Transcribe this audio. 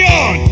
on